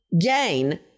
gain